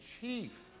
chief